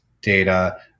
data